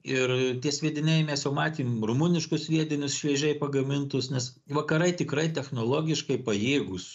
ir tie sviediniai mes jau matėm rumuniškus sviedinius šviežiai pagamintus nes vakarai tikrai technologiškai pajėgūs